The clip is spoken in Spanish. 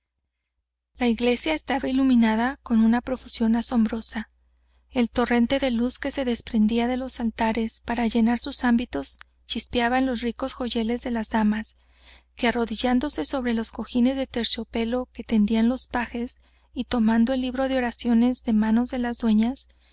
la iglesia estaba iluminada con una profusión asombrosa el torrente de luz que se desprendía de los altares para llenar sus ámbitos chispeaba en los ricos joyeles de las damas que arrodillándose sobre los cojines de terciopelo que tendían los pajes y tomando el libro de oraciones de manos de las dueñas